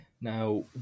Now